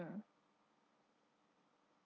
mmhmm